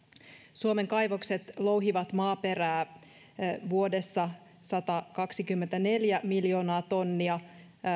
suomen kaivokset louhivat maaperää vuodessa satakaksikymmentäneljä miljoonaa tonnia